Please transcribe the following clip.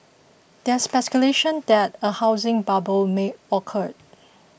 there is speculation that a housing bubble may occur